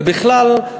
ובכלל,